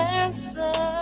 answer